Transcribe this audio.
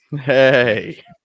Hey